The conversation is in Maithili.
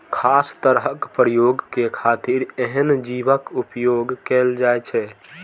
खास तरहक प्रयोग के खातिर एहन जीवक उपोयग कैल जाइ छै